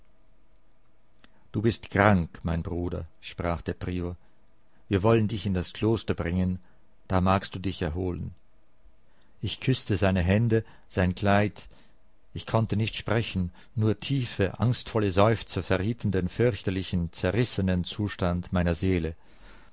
du bist krank mein bruder sprach der prior wir wollen dich in das kloster bringen da magst du dich erholen ich küßte seine hände sein kleid ich konnte nicht sprechen nur tiefe angstvolle seufzer verrieten den fürchterlichen zerrissenen zustand meiner seele